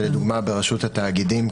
שלדוגמה ברשות התאגידים,